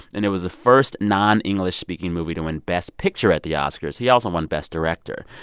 and it was the first non-english-speaking movie to win best picture at the oscars. he also won best director.